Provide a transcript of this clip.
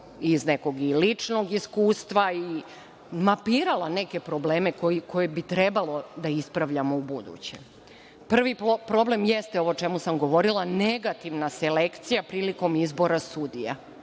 iz nekog i ličnog iskustva i mapirala neke probleme koje bi trebalo da ispravljamo u buduće. Prvi problem jeste ovo o čemu sam govorila, negativna selekcija prilikom izbora sudija.